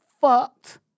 fucked